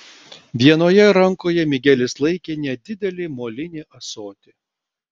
vienoje rankoje migelis laikė nedidelį molinį ąsotį